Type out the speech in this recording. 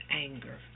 anger